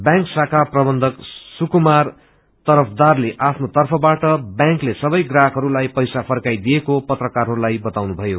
bank शाखा प्रबन्धक सुकुमार तुर्दारले आफ्नो तर्फबाट व्यांकले सबै ग्राहकहस्लाई पैसा फर्कईदिएको पत्रकारहस्लाई बताउनुभयो